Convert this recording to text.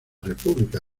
república